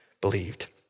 believed